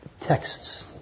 texts